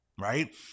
right